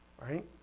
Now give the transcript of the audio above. right